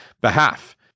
behalf